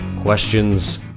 questions